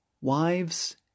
Wives